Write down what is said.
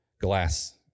glass